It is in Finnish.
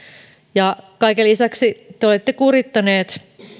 ja kaiken lisäksi te olette kurittaneet